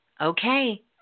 Okay